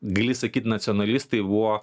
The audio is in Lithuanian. gali sakyt nacionalistai buvo